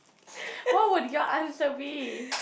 what would your answer be